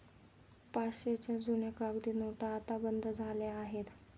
पाचशेच्या जुन्या कागदी नोटा आता बंद झाल्या आहेत